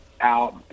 out